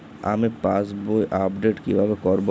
আমি পাসবই আপডেট কিভাবে করাব?